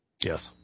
Yes